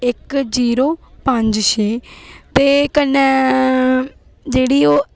इक जीरो पंज छेऽ ते कन्नै जेह्ड़ी ओह्